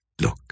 Look